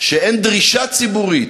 אין דרישה ציבורית,